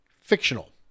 Fictional